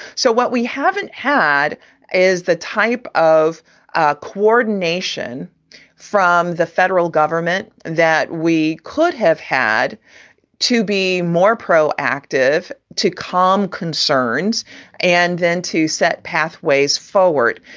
so what we haven't had is the type of ah coordination from the federal government that we could have had to be more proactive to calm concerns and then to set pathways forward.